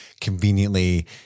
conveniently